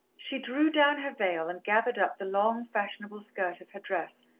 she drew down her veil, and gathered up the long, fashionable skirt of her dress,